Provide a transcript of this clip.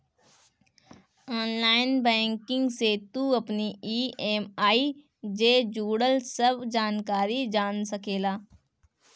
online banking से तू अपनी इ.एम.आई जे जुड़ल सब जानकारी जान सकेला